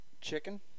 Chicken